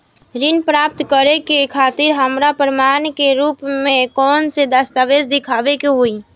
ऋण प्राप्त करे के खातिर हमरा प्रमाण के रूप में कउन से दस्तावेज़ दिखावे के होइ?